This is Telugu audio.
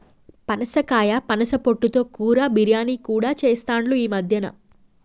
పనసకాయ పనస పొట్టు తో కూర, బిర్యానీ కూడా చెస్తాండ్లు ఈ మద్యన